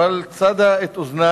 אבל צדו את אוזני